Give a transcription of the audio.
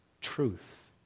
truth